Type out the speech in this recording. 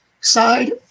side